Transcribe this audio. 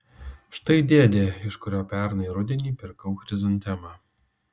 štai dėdė iš kurio pernai rudenį pirkau chrizantemą